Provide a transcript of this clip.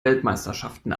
weltmeisterschaften